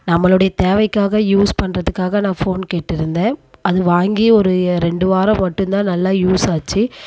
நம்மளுடைய தேவைக்காக யூஸ் பண்ணுறதுக்காக நான் ஃபோன் கேட்டிருந்தேன் அது வாங்கி ஒரு ரெண்டு வாரோம் மட்டும் தான் நல்லா யூஸ் ஆச்சு